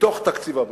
מתוך תקציב הבריאות.